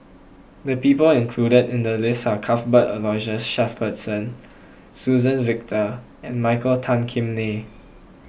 the people included in the list are Cuthbert Aloysius Shepherdson Suzann Victor and Michael Tan Kim Nei